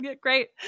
great